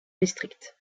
district